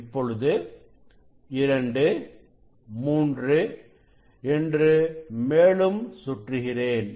இப்பொழுது 23 என்று மேலும் சுற்றுகிறேன்